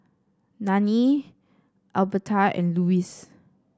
Nanie Alberta and Louis